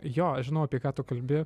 jo aš žinau apie ką tu kalbi